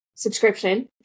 subscription